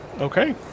Okay